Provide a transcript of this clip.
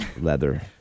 leather